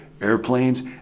airplanes